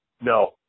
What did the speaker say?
no